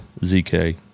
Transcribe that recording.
ZK